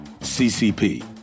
ccp